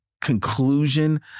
conclusion